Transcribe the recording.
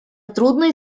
трудный